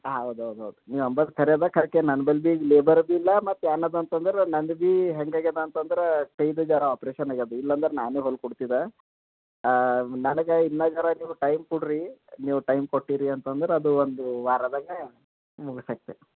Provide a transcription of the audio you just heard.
ಹಾಂ ಹೌದು ಹೌದು ಹೌದು ನೀವು ಅಂಬುದ ಖರೆ ಅದ ನನ್ನ ಬಲ್ಬಿ ಲೇಬರ್ ಬಿ ಇಲ್ಲ ಮತ್ತು ಯಾನ್ ಅದು ಅಂತಂದ್ರೆ ನನ್ ಬಿ ಹೆಂಗೆ ಆಗ್ಯದ ಅಂತಂದ್ರೆ ಕೈದ್ ಝರ ಆಪ್ರೇಷನ್ ಆಗ್ಯದಿ ಇಲ್ಲಂದ್ರ ನಾನೇ ಹೊಲ್ಕೊಡ್ತಿದ ನನಗೆ ಇನ್ನ ಹಂಗರ ನೀವು ಟೈಮ್ ಕೊಡ್ರಿ ನೀವ್ ಟೈಮ್ ಕೊಟ್ಟಿರಿ ಅಂತಂದ್ರ ಅದು ಒಂದು ವರದಾಗ ಮುಗಿಸಿ ಹಾಕ್ತೆ